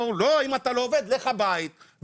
אומר לו, לא, אם אתה לא עובד לך הבית ולמה?